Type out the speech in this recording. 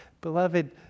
beloved